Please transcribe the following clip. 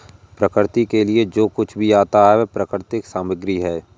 प्रकृति के लिए जो कुछ भी आता है वह प्राकृतिक सामग्री है